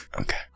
Okay